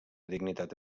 dignitat